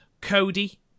Cody